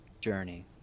journey